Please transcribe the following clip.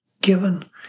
given